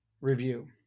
review